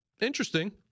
interesting